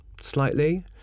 slightly